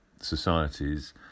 societies